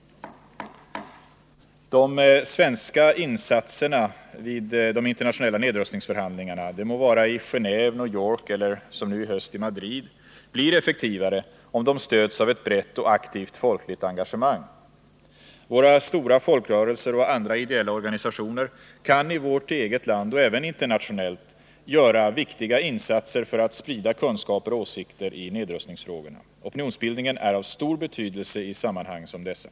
De svenska insatserna vid de internationella nedrustningsförhandlingarna — det må vara i Genéve, i New York eller som nu i höst i Madrid — blir effektivare om de stöds av ett brett och aktivt folkligt engagemang. Våra stora folkrörelser och andra ideella organisationer kan i vårt eget land och även internationellt göra viktiga insatser för att sprida kunskaper och åsikter i nedrustningsfrågorna. Opinionsbildningen är av stor betydelse i samman hang som dessa.